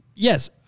Yes